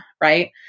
Right